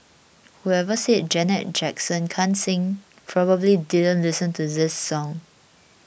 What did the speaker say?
whoever said Janet Jackson can't sing probably didn't listen to this song